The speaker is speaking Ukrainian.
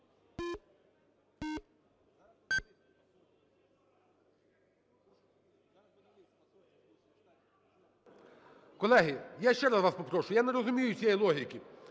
Колеги, я ще раз вас попрошу, я не розумію цієї логіки.